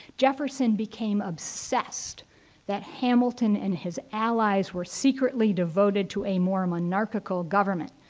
jefferson became obsessed that hamilton and his allies were secretly devoted to a more and monarchical government.